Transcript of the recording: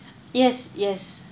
yes yes